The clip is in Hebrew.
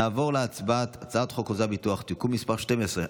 נעבור להצבעה על הצעת חוק חוזה הביטוח (תיקון מס' 12),